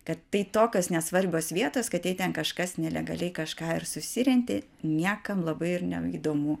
kad tai tokios nesvarbios vietos kad jei ten kažkas nelegaliai kažką ir susirentė niekam labai ir neįdomu